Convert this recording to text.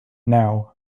now